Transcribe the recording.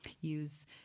use